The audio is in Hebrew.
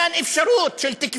של מתן אפשרות, של תקווה.